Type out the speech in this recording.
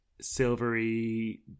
silvery